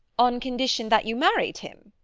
on condition that you married him?